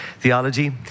theology